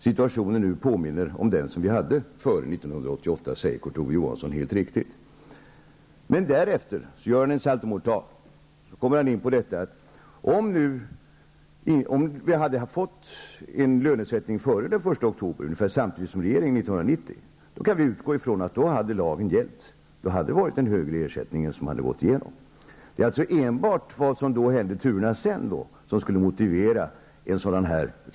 Situationen nu påminner om den som vi hade före 1988, sade Kurt Ove Johansson helt riktigt. Men därefter gjorde han en saltomortal: Om vi hade fått en justering av arvodet före den 1 oktober 1990, ungefär samtidigt med att regeringen fick sin, hade lagen gällt; det kan vi utgå från. Då hade den högre ersättningen gått igenom. Det är alltså enbart turerna därefter som skulle motivera en frysning.